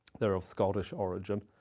they're of scottish origin.